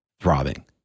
throbbing